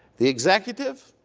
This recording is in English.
the executive